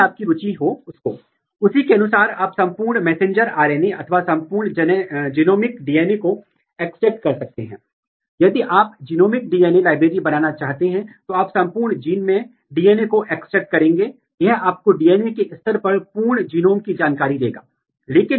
आप कुछ प्रोटीन नीचे लाते हैं और उस प्रोटीन के साथ बहुत सारे अन्य प्रोटीन आते हैं और फिर मास स्पेक्ट्रोस्कोपी के माध्यम से पहचान करते हैं यह जानने का प्रयत्न करते हैं की अपनी पहचान स्थापित करने के लिए कौन से जीन परस्पर क्रिया कर रहे हैं